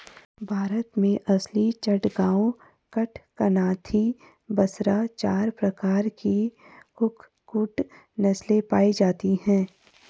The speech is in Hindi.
भारत में असील, चटगांव, कड़कनाथी, बसरा चार प्रकार की कुक्कुट नस्लें पाई जाती हैं